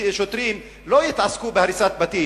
שוטרים לא יתעסקו בהריסת בתים,